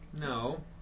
No